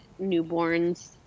newborns